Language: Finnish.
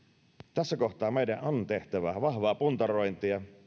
tässä kohtaa meidän on tehtävä vahvaa puntarointia